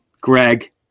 Greg